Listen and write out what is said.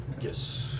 Yes